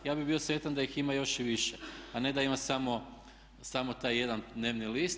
Ja bih bio sretan da ih ima još i više, a ne da ima samo taj jedan dnevni list.